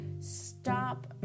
stop